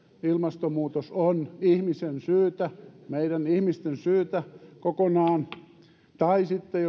ilmastonmuutos on ihmisen syytä meidän ihmisten syytä kokonaan vai olemmeko sitten